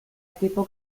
equipo